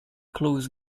clues